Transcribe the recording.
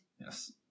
Yes